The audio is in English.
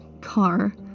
car